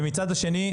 ומצד שני,